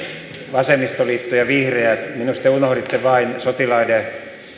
vasemmistoliitto ja vihreät minusta te unohditte vain sotilaiden ruokahuollon josta säästetään viisi miljoonaa euroa